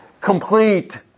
Complete